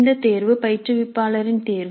இந்த தேர்வு பயிற்றுவிப்பாளரின் தேர்வு